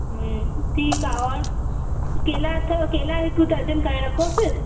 ठीकु आहे और केली अथव केला हिकु दर्जन करे रखोसि